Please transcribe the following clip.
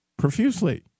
Profusely